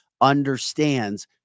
understands